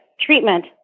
treatment